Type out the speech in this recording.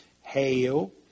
Hail